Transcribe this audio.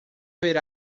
ver